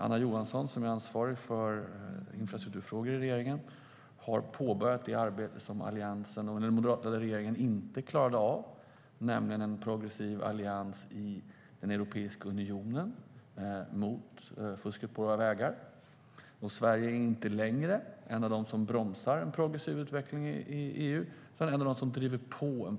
Anna Johansson, som är ansvarig för infrastrukturfrågor i regeringen, har påbörjat det arbete som Alliansen och den moderatledda regeringen inte klarade av, nämligen en progressiv allians i Europeiska unionen mot fusket på våra vägar. Sverige är inte längre ett av de länder som bromsar en progressiv utveckling i EU, utan ett av dem som driver på.